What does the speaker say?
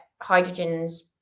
Hydrogen's